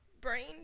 brain